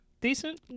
Decent